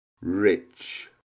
rich